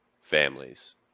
families